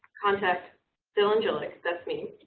contact dylan jilek, that's me,